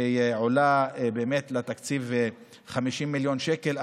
שהיא עולה באמת לתקציב 50 מיליון שקל,